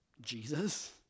Jesus